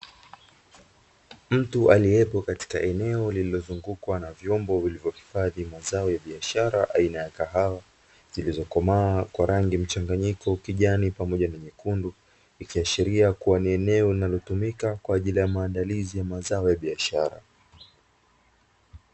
Mtu aliyopo katika eneo lililozungukwa na vyombo vilivyohifadhi mazao ya biashara aina ya kahawa zilizokomaa kwa rangi mchanganyiko kijani pamoja na nyekundu, ikiashiria kuwa ni eneo linalotumika kwa ajili ya maandalizi ya mazao ya biashara.